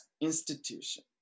institution